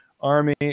army